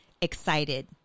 excited